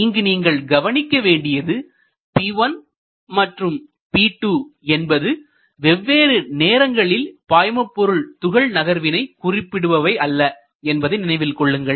இங்கு நீங்கள் கவனிக்க வேண்டியது P1 மற்றும் P2 என்பது வெவ்வேறு நேரங்களில் பாய்மபொருள் துகள் நகர்வினை குறிப்பவை அல்ல என்பதை நினைவில் கொள்ளுங்கள்